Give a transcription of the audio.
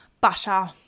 butter